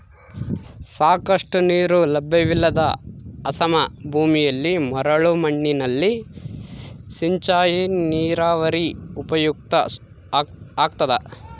ಸಾಕಷ್ಟು ನೀರು ಲಭ್ಯವಿಲ್ಲದ ಅಸಮ ಭೂಮಿಯಲ್ಲಿ ಮರಳು ಮಣ್ಣಿನಲ್ಲಿ ಸಿಂಚಾಯಿ ನೀರಾವರಿ ಉಪಯುಕ್ತ ಆಗ್ತದ